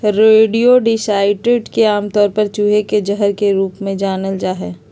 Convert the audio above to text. rodenticides के आमतौर पर चूहे के जहर के रूप में जानल जा हई